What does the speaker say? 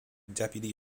deputy